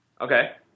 Okay